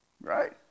Right